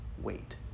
wait